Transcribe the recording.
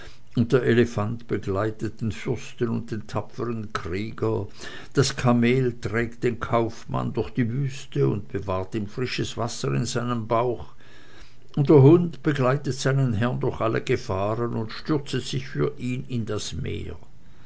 der elefant begleitet den fürsten und den tapfern krieger das kamel trägt den kaufmann durch die wüste und bewahrt ihm frisches wasser in seinem bauch und der hund begleitet seinen herrn durch alle gefahren und stürzt sich für ihn in das meer